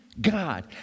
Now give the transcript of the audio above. God